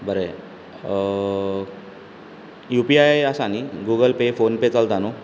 बरे U P I आसा न्हू गुगल पे फोन पे चलता न्हू